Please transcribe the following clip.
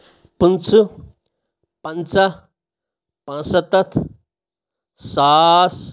پٕنٛژٕ پنژاہ پانٛژھ سَتَتھ ساس